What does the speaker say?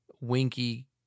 winky